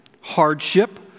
hardship